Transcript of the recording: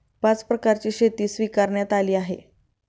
पाच प्रकारची शेती स्वीकारण्यात आली आहे